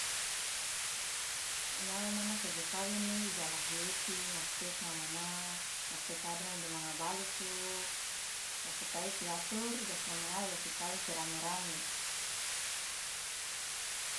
nyawa mane nako jo kawin ne ja lahi osi mastekemomana masteke adono de manga balusu la supaya isi atur jas momana jasi kawin isi rame rame.